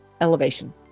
elevation